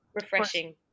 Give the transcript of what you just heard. refreshing